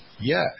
yes